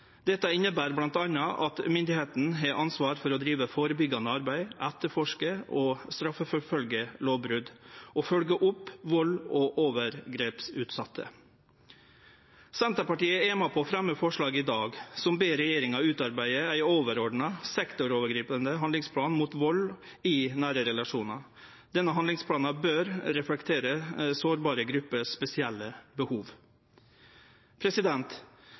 Dette inneber bl.a. at myndigheitene har ansvar for å drive førebyggjande arbeid, etterforske og straffeforfølgje lovbrot og følgje opp dei som er utsette for vald og overgrep. Senterpartiet er med på å fremje forslag i dag som ber regjeringa utarbeide ein overordna, sektorovergripande handlingsplan mot vald i nære relasjonar. Denne handlingsplanen bør reflektere dei spesielle behova sårbare